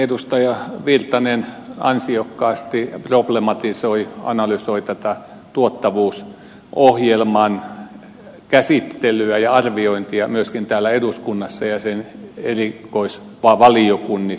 erkki virtanen ansiokkaasti problematisoi analysoi tuottavuusohjelman käsittelyä ja arviointia myöskin täällä eduskunnassa ja sen erikoisvaliokunnissa